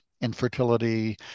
infertility